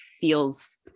feels